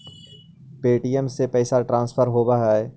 Paytm से भी पैसा ट्रांसफर होवहकै?